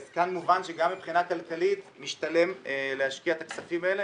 כאן מובן שגם מבחינה כלכלית משתלם להשקיע את הכספים האלה,